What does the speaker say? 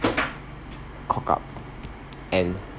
cock up and